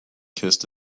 kissed